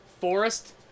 Forest